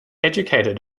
educated